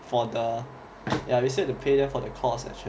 for the yeah we set to pay them for the course actually